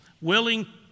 willing